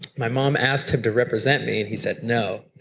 my mom asked him to represent me and he said no.